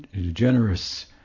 generous